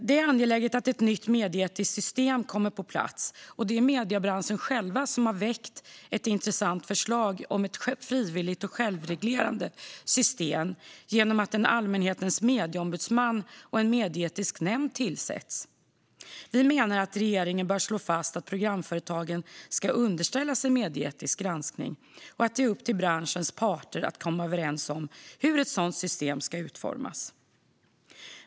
Det är angeläget att ett nytt medieetiskt system kommer på plats. Det är mediebranschen själv som har väckt ett intressant förslag om ett frivilligt och självreglerande system genom att en allmänhetens medieombudsman och en medieetisk nämnd tillsätts. Vi menar att regeringen bör slå fast att programföretagen ska underställas en medieetisk granskning och att det är upp till branschens parter att komma överens om hur ett sådant system ska utformas.